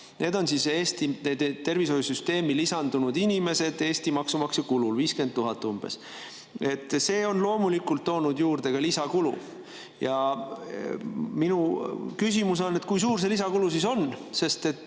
Need on Eesti tervishoiusüsteemi lisandunud inimesed Eesti maksumaksja kulul – 50 000 umbes. See on loomulikult toonud juurde ka lisakulu. Minu küsimus on, kui suur see lisakulu siis on. Kui me